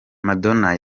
madonna